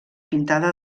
pintada